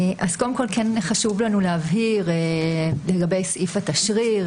קודם כול, כן חשוב לנו להבהיר לגבי סעיף התשריר.